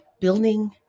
building